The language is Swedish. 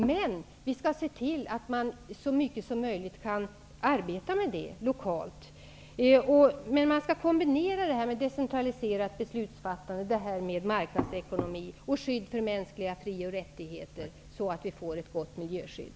Men vi skall se till att man så mycket som möjligt kan arbeta med det lokalt. Man skall kombinera ett decentraliserat beslutsfattande med marknadsekonomi och skydd för mänskliga fri och rättigheter så att vi får ett gott miljöskydd.